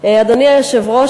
אדוני היושב-ראש,